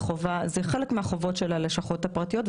זה חלק מהחובות של הלשכות הפרטיות,